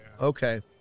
okay